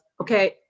okay